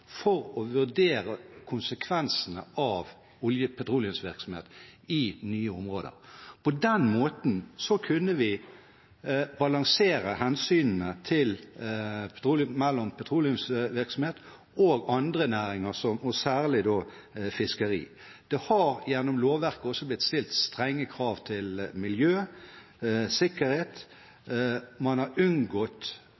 for å vurdere konsekvensene av petroleumsvirksomhet i nye områder. På den måten kunne vi balansere hensynene mellom petroleumsvirksomhet og andre næringer, og særlig fiskeri. Det har gjennom lovverket også blitt stilt strenge krav til miljø